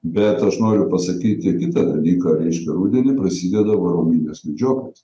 bet aš noriu pasakyti kitą dalyką reiškia rudenį prasideda varominės medžioklės